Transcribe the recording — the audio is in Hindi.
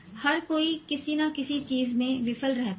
हर कोई किसी न किसी चीज में विफल रहता है